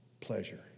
pleasure